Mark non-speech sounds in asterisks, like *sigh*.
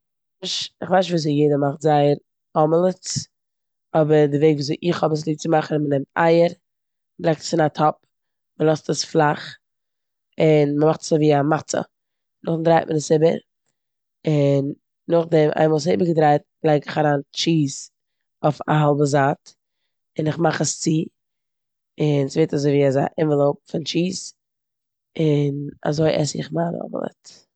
*unintelligible* כ'ווייס נישט וויאזוי יעדער מאכט זייער אמעלעטס אבער די וועג וויאזוי איך האב עס ליב צו מאכן איז אז מ'נעמט אייער, מ'לייגט עס אין א טאפ, מ'לאזט עס פלאך און מ'מאכט עס אזויווי א מצה. נאכדעם דרייט מען עס איבער און נאכדעם איינמאל ס'איבערגעדרייט לייג איך אריין טשיז אויף א האלבע זייט און איך מאך עס צו און ס'ווערט אזויווי אזא ענוועלאפ פון טשיז און אזוי עס איך מיין אמעלעט.